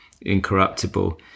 incorruptible